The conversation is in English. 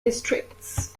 districts